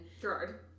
Gerard